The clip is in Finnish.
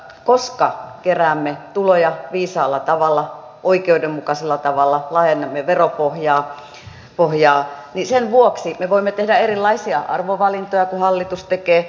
koska keräämme tuloja viisaalla tavalla oikeudenmukaisella tavalla laajennamme veropohjaa niin sen vuoksi me voimme tehdä erilaisia arvovalintoja kuin hallitus tekee